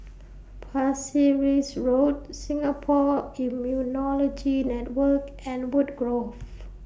Pasir Ris Road Singapore Immunology Network and Woodgrove